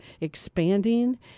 expanding